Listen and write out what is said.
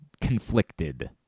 conflicted